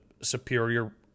superior